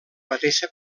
mateixa